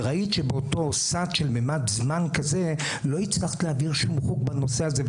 וראית שבאותו סד של ממד זמן כזה לא הצלחת להעביר שום חוק בנושא הזה,